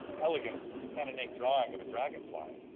elegant pen and ink drawing of a dragonfly.